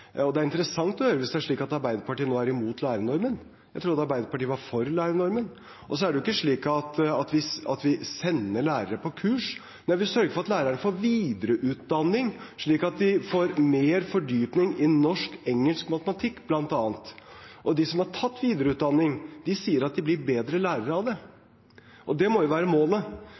Det er interessant å høre det hvis Arbeiderpartiet nå er imot lærernormen. Jeg trodde Arbeiderpartiet var for lærernormen. Det er jo ikke slik at vi sender lærere på kurs. Vi sørger for at lærerne får videreutdanning, slik at de får mer fordypning i bl.a. norsk, engelsk og matematikk. De som har tatt videreutdanning, sier at de blir bedre lærere av det. Det må jo være målet: